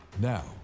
now